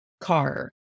car